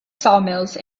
sawmills